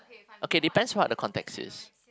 okay depends what the context is